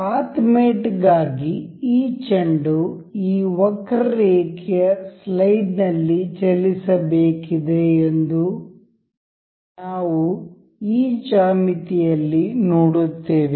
path ಮೇಟ್ಗಾಗಿ ಈ ಚೆಂಡು ಈ ವಕ್ರರೇಖೆಯ ಸ್ಲೈಡ್ ನಲ್ಲಿ ಚಲಿಸಬೇಕಿದೆ ಎಂದು ನಾವು ಈ ಜ್ಯಾಮಿತಿ ಯಲ್ಲಿ ನೋಡುತ್ತೇವೆ